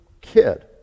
kid